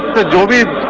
the delivery